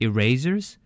Erasers